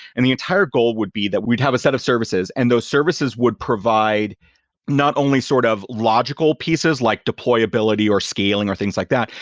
and the entire goal would be that we'd have a set of services, and those services would provide not only sort of logical pieces like deployability or scaling or things like that,